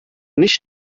nicht